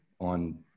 on